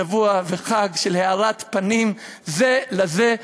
שבוע וחג של הארת פנים זה לזה,